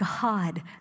God